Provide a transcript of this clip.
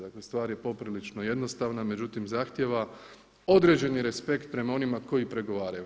Dakle stvar je poprilično jednostavna, međutim zahtijeva određeni respekt prema onima koji pregovaraju.